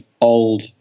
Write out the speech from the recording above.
old